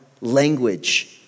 language